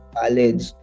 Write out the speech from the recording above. college